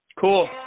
Cool